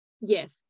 Yes